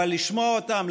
אבל לשמוע אותם,